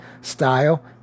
style